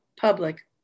public